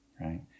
Right